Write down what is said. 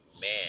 man